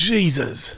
Jesus